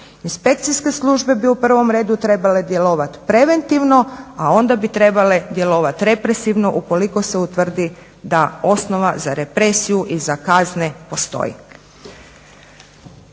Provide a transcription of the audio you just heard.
Inspekcijske službe bi u prvom redu trebale djelovati preventivno a onda bi trebale djelovati represivno ukoliko se utvrdi da osnova za represiju i za kazne postoji.